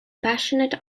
passionate